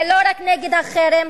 ולא רק נגד החרם.